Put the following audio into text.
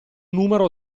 numero